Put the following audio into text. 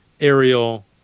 aerial